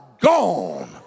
gone